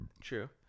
True